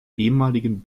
ehemaligen